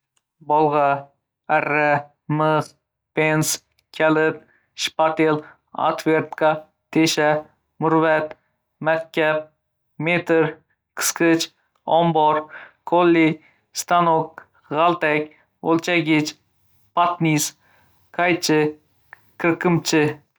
Bolg‘a, arra, mix, pens, kalit, shpatel, otvertka, tesha, murvat, matkap, meter, qisqich, ombor qo‘li, stanok, g‘altak, o‘lchagich, patnis, qaychi, qirqimchi.